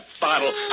bottle